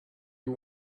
you